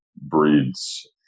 breeds